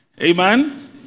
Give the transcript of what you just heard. Amen